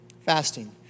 Fasting